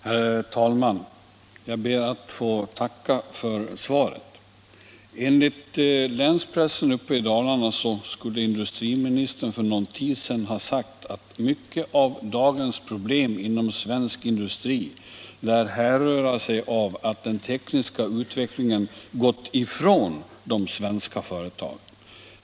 Herr talman! Jag ber att få tacka för svaret. Enligt länspressen uppe i Dalarna skulle industriministern för någon tid sedan ha sagt att mycket av dagens problem inom svensk industri härrör från att den tekniska utvecklingen gått ifrån de svenska företagen.